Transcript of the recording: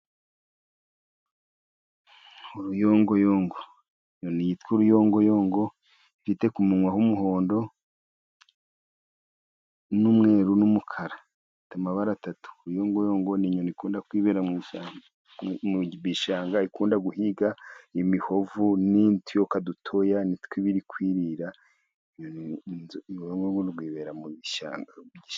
Uruyongoyongo. Inyoni yitwa uruyongoyongo ifite ku munwa h'umuhondo, n'umweru, n'umukara. Ifite amabara atatu. Uruyongoyongo ni inyoni ikunda kwibera mu bishanga, ikunda guhiga imihovu n'utuyoka dutoya, nitwo iri kwirira, rwibera mu ishyamba.